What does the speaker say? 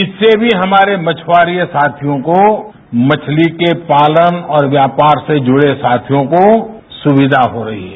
इससे भी हमारे मछुआरे साथियों को मछली के पालन और व्यापार से जुड़े साथियों को सुविधा हो रही है